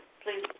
please